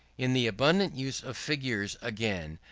in the abundant use of figures, again,